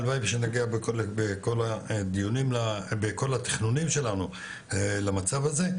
הלוואי שנגיע בכל התכנונים שלנו למצב הזה.